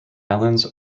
islands